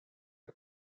est